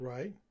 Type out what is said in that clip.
Right